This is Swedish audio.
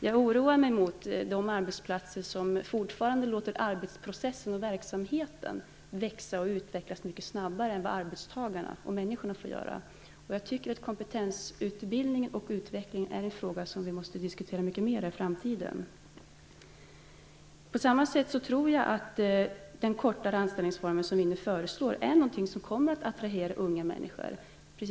Jag oroar mig över de arbetsplatser som fortfarande låter arbetsprocessen och verksamheten växa och utvecklas mycket snabbare än vad arbetstagarna och människorna får göra. Jag tycker att kompetensutbildning och kompetensutveckling är något som vi måste diskutera mycket mera i framtiden. På samma sätt tror jag att den kortare anställningsform som vi nu föreslår kommer att attrahera unga människor.